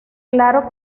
claro